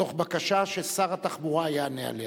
תוך בקשה ששר התחבורה יענה עליה.